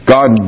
God